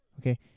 okay